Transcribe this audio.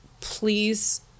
please